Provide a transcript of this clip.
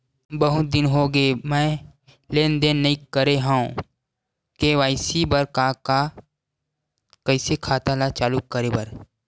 बहुत दिन हो गए मैं लेनदेन नई करे हाव के.वाई.सी बर का का कइसे खाता ला चालू करेबर?